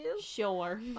Sure